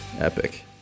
epic